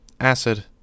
Acid